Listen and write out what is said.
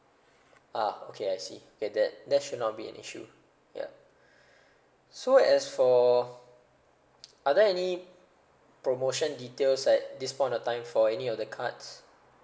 ah okay I see that that that should not be an issue ya so as for are there any promotion details at this point of time for any of the cards